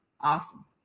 awesome